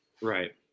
right